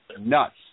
nuts